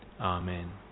Amen